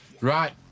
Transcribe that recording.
Right